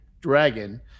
dragon